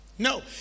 No